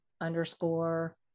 underscore